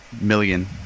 million